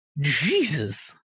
Jesus